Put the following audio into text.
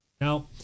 now